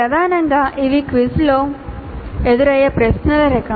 ప్రధానంగా ఇవి క్విజ్లలో ఎదురయ్యే ప్రశ్నల రకం